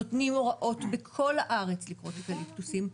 נותנים הוראות בכל הארץ לכרות אקליפטוסים.